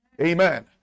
Amen